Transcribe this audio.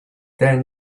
then